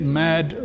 mad